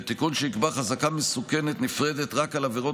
ותיקון שיקבע חזקה מסוכנת נפרדת רק על עבירות